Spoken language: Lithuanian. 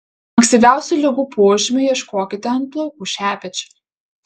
ankstyviausių ligų požymių ieškokite ant plaukų šepečio